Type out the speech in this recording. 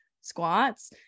squats